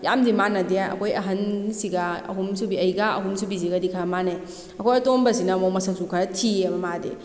ꯌꯥꯝꯗꯤ ꯃꯥꯟꯅꯗꯦ ꯑꯩꯈꯣꯏ ꯑꯍꯟꯁꯤꯒ ꯑꯍꯨꯝ ꯁꯨꯕꯤ ꯑꯩꯒ ꯑꯍꯨꯝꯁꯨꯕꯤꯁꯤꯒꯗꯤ ꯈꯔ ꯃꯥꯟꯅꯩ ꯑꯩꯈꯣꯏ ꯑꯇꯣꯝꯕꯁꯤꯅ ꯑꯃꯨꯛ ꯃꯁꯛꯁꯨ ꯈꯔ ꯊꯤꯌꯦꯕ ꯃꯥꯗꯤ